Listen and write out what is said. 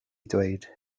dweud